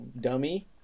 dummy